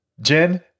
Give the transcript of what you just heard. Jen